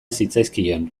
zitzaizkion